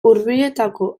hurbileko